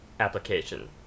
application